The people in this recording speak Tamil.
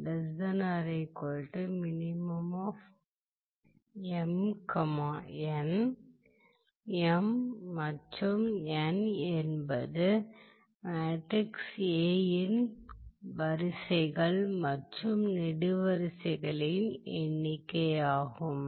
m மற்றும் n என்பது மேட்ரிக்ஸ் A இன் வரிசைகள் மற்றும் நெடுவரிசைகளின் எண்ணிக்கையாகும்